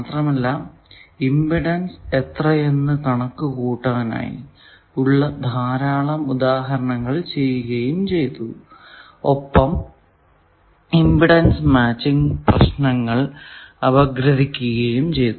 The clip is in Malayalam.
മാത്രമല്ല ഇമ്പിഡൻസ് എത്രയെന്നു കണക്കു കൂട്ടാനായി ഉള്ള ധാരാളം ഉദാഹരണങ്ങൾ ചെയ്യുകയും ഒപ്പം ഇമ്പിഡൻസ് മാച്ചിങ് പ്രശ്നങ്ങൾ അപഗ്രഥിക്കുകയും ചെയ്തു